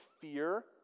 fear